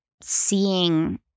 seeing